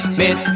miss